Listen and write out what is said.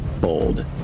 bold